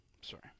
Sorry